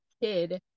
kid